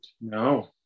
No